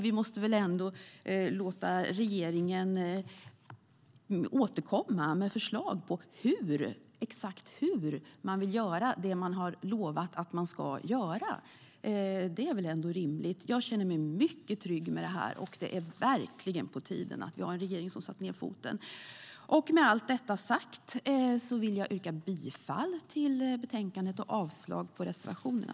Vi måste väl ändå låta regeringen återkomma med förslag på exakt hur man vill göra det man har lovat att man ska göra. Det är väl ändå rimligt. Jag känner mig mycket trygg med det. Det är verkligen på tiden att vi har en regering som satt ned foten. Med allt detta sagt vill jag yrka bifall till utskottets förslag i betänkandet och avslag på reservationerna.